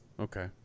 Okay